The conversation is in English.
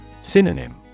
Synonym